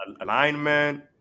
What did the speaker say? alignment